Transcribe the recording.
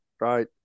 Right